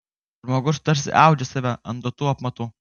žmogus tarsi audžia save ant duotų apmatų